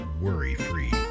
worry-free